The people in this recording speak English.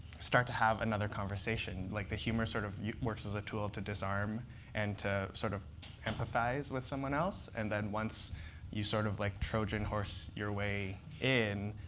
start to have another conversation. like the humor sort of works as a tool to disarm and to sort of empathize with someone else. and then once you sort of like trojan horse your way in,